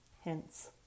hence